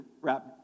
wrap